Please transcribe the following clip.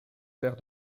père